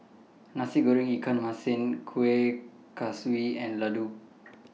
Nasi Goreng Ikan Masin Kueh Kaswi and Laddu